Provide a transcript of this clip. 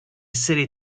serie